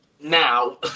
Now